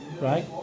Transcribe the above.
right